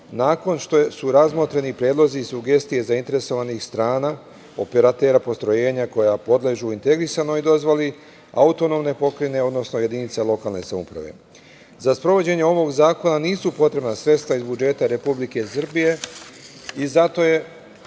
nakon što su razmotreni predlozi i sugestije zainteresovanih strana operatera postrojenja koja podležu integrisanoj dozvoli autonomne pokrajine, odnosno jedinica lokalne samouprave.Za sprovođenje ovog zakona nisu potrebna sredstva iz budžeta Republike Srbije i zato je